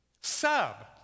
sub